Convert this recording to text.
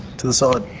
to the side,